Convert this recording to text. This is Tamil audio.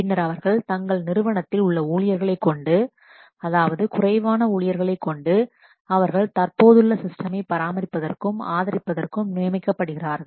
பின்னர் அவர்கள் தங்கள் நிறுவனத்தில் உள்ள ஊழியர்களை கொண்டு அதாவது குறைவான ஊழியர்களை கொண்டு அவர்கள் தற்போதுள்ள சிஸ்டமை பராமரிப்பதற்கும் ஆதரிப்பதற்கும் நியமிக்கப்படுகிறார்கள்